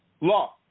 Law